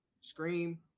Scream